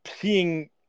seeing